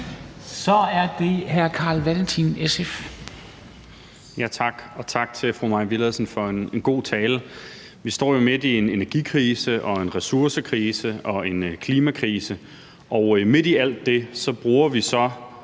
SF. Kl. 14:25 Carl Valentin (SF): Tak, og tak til fru Mai Villadsen for en god tale. Vi står jo midt i en energikrise og en ressourcekrise og en klimakrise, og midt i alt det bruger vi så